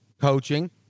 coaching